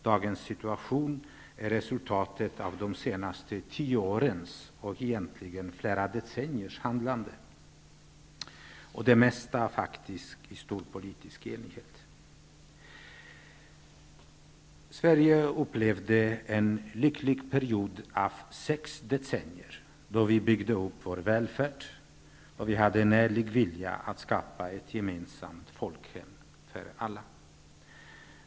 Dagens situation är resultatet av de senaste tio årens och egentligen flera decenniers handlande. Det mesta har faktiskt också skett i stor politisk enighet. Sverige upplevde en lycklig period av sex decennier, då vi byggde upp vår välfärd och hade en ärlig vilja att skapa ett gemensamt folkhem för alla.